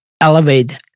elevate